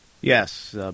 Yes